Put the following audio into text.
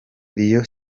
iyo